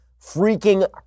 freaking